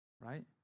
Right